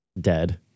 dead